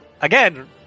again